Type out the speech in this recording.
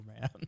man